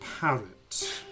parrot